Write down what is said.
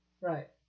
Right